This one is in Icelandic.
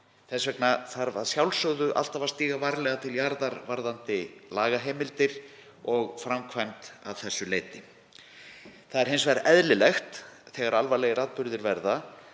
Þess vegna þarf að sjálfsögðu alltaf að stíga varlega til jarðar varðandi lagaheimildir og framkvæmd að þessu leyti. Það er hins vegar eðlilegt þegar alvarlegir atburðir verða